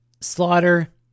Slaughter